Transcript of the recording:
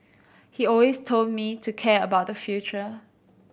he always told me to care about the future